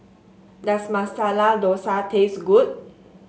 does Masala Dosa taste good